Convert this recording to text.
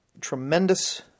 tremendous